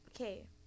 okay